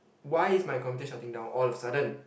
why is my computer shutting down all of sudden